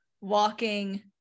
walking